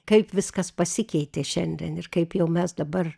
kaip viskas pasikeitė šiandien ir kaip jau mes dabar